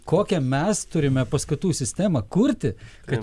kokią mes turime paskatų sistemą kurti kad